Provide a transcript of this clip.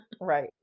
Right